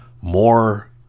more